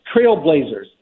trailblazers